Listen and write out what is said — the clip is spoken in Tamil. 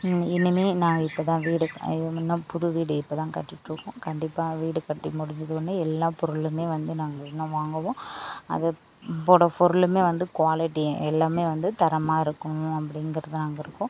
இனிமேல் நான் இப்போ தான் வீடு புது வீடு இப்போதான் கட்டிட்டுருக்கோம் கண்டிப்பாக வீடு கட்டி முடிஞ்சதுமே எல்லா பொருளுமே வந்து நாங்கள் இன்னும் வாங்குவோம் அத போட ஃபொருளுமே வந்து குவாலிட்டி எல்லாமே வந்து தரமாக இருக்கணும் அப்படிங்கிறதா நாங்கள் இருக்கோம்